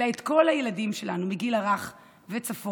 אלא את כל הילדים שלנו, מגיל הרך וצפונה,